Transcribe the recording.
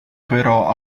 però